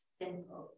simple